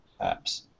apps